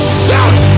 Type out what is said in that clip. shout